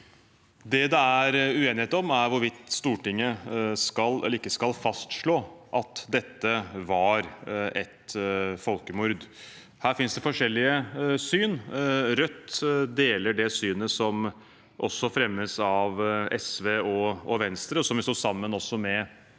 Det det er uenighet om, er hvorvidt Stortinget skal fastslå at dette var et folkemord. Her finnes det forskjellige syn. Rødt deler synet som også fremmes av SV og Venstre, og som vi sto sammen med